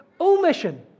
omission